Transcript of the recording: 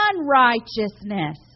unrighteousness